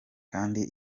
kandi